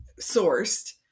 sourced